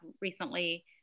recently